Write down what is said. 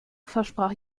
versprach